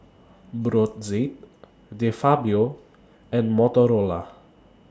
Brotzeit De Fabio and Motorola